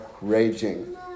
raging